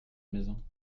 maison